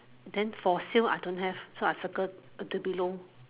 then for sale I don't have so I circle the below